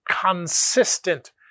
consistent